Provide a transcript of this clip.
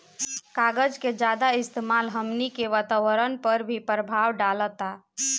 कागज के ज्यादा इस्तेमाल हमनी के वातावरण पर भी प्रभाव डालता